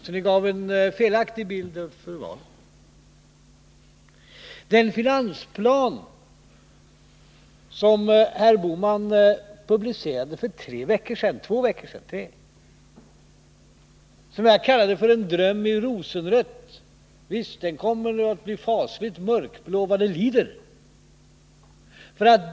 Ni gav alltså en felaktig bild före valet. Den finansplan som herr Bohman publicerade för två eller tre veckor sedan — och som jag kallade för en dröm i rosenrött — kommer att bli fasligt mörkblå vad det lider.